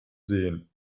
sehen